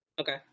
Okay